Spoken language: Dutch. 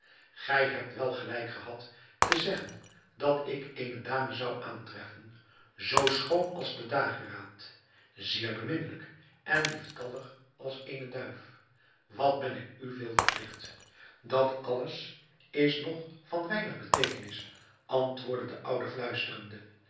gij hebt wel gelijk gehad te zeggen dat ik eene dame zou aantreffen zoo schoon als de dageraad zeer beminnelijk en lieftallig als eene duif wat ben ik u veel verpligt dat alles is nog van weinig beteekenis antwoordde de oude fluisterende